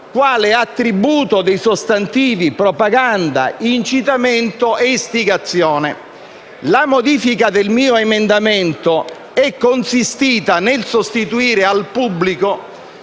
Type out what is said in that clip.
quale attributo dei sostantivi propaganda, incitamento e istigazione. La modifica del mio emendamento è consistita nel sostituire alla